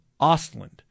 Ostland